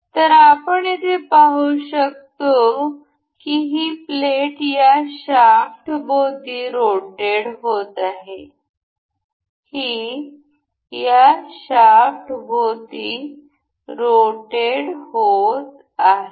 तर आपण येथे पाहू शकतो की ही प्लेट या शाफ्टभोवती रोटेट होत आहे ही या शाफ्टभोवती रोटेट होत आहे